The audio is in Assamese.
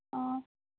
অঁ